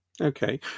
Okay